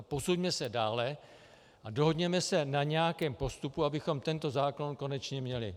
Posuňme se dále a dohodněme se na nějakém postupu, abychom tento zákon konečně měli.